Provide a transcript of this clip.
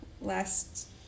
last